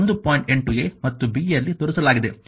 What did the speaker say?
8 a ಮತ್ತು b ಯಲ್ಲಿ ತೋರಿಸಲಾಗಿದೆ